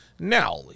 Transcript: Now